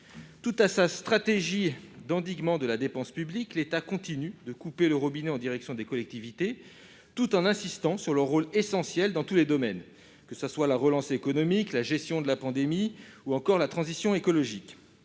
Tout à sa stratégie d'endiguement de la dépense publique, l'État continue de couper le robinet en direction des collectivités, tout en insistant sur leur rôle essentiel dans tous les domaines : relance économique, gestion de la pandémie, transition écologique,